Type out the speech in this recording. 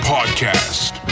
Podcast